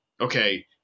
Okay